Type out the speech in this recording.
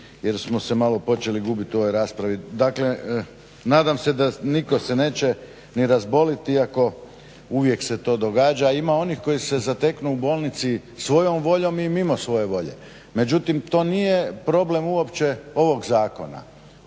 jer smo se malo počeli gubiti u ovoj raspravi. Dakle nadam se da se nitko neće ni razboliti iako uvijek se to događa. Ima onih koji se zateknu u bolnici svojom voljom i mimo svoje volje. Međutim to nije problem uopće ovog zakona.